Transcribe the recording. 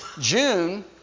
June